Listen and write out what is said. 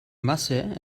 masse